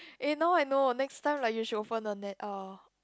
eh now I know next time like you should open the net uh